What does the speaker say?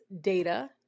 data